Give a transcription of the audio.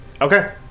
Okay